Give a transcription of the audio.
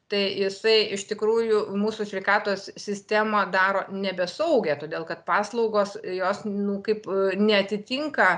tai jisai iš tikrųjų mūsų sveikatos sistemą daro nebesaugią todėl kad paslaugos jos nu kaip neatitinka